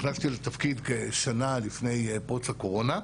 נכנסתי לתפקיד כשנה לפני פרוץ הקורונה.